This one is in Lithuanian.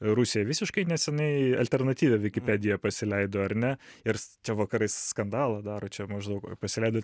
rusija visiškai neseniai alternatyvią wikipedia pasileido ar ne ir čia vakarai skandalą daro čia maždaug pasileido